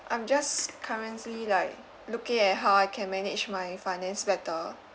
I'm just currency like looking at how I can manage my finance better